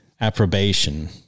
approbation